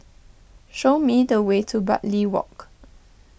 show me the way to Bartley Walk